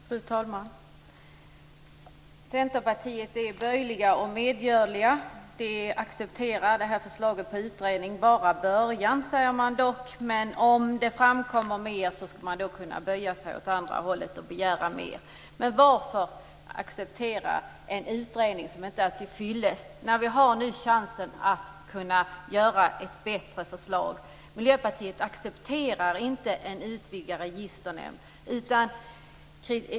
Fru talman! Centerpartiet är böjligt och medgörligt. Man accepterar förslaget om utredning. Det är bara början, säger man dock, men om det kommer fram mera kan man böja sig åt andra hållet och begära mera. Men varför acceptera en utredning som inte är till fyllest när vi nu har chans att kunna genomföra ett bättre förslag? Miljöpartiet accepterar inte en utvidgad registernämnd.